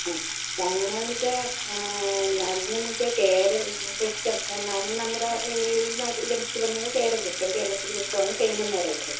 ആ ഞങ്ങളുടെ നാട് എന്ന് വെച്ചാൽ കേര വൃക്ഷം എന്നാണ് നമ്മുടെ ഈ നാട് ഈ പ്രദേശത്ത് പറഞ്ഞത് കേരവൃക്ഷം കേരളത്തിലെ വൃക്ഷമാണ് തെങ്ങ് എന്ന് പറയുന്നത്